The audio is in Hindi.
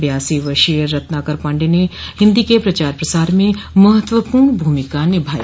बयासी वर्षीय रत्नाकर पाण्डेय ने हिन्दी के प्रचार प्रसार में महत्वपूर्ण भूमिका निभाई